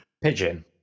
pigeon